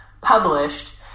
published